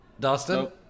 Dustin